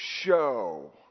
show